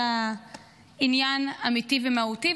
אלא אם זה עניין אמיתי ומהותי,